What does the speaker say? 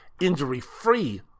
injury-free